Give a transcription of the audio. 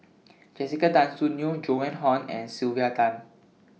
Jessica Tan Soon Neo Joan Hon and Sylvia Tan